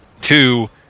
Two